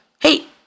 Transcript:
Hey